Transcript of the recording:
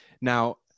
Now